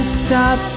stop